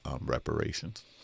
reparations